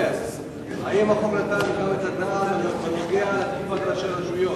האם החוק נתן את הדעת גם בעניין תקיפת ראשי רשויות?